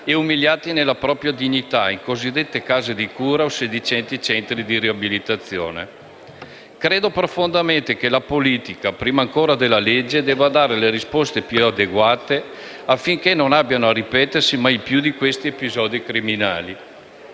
e umiliati nella propria dignità, in cosiddette case di cura o sedicenti centri di riabilitazione. Credo profondamente che la politica, prima ancora della legge, debba dare le risposte più adeguate affinché non abbiano mai più a ripetersi questi episodi criminali.